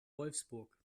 wolfsburg